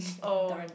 oh